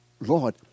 Lord